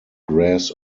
grass